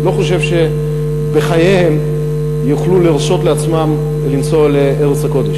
לא חושב שבחייהם יוכלו להרשות לעצמם לנסוע לארץ הקודש.